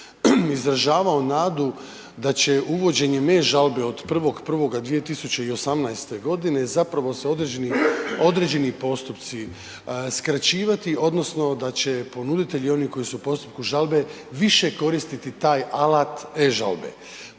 izražavao nadu da će uvođenjem e-žalbe od 1.1.2018.g. zapravo se određeni, određeni postupci skraćivati odnosno da će ponuditelji oni koji su u postupku žalbe više koristiti taj alat e-žalbe.